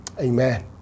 Amen